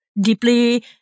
deeply